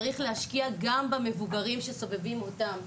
צריך להשקיע גם במבוגרים שסובבים אותם,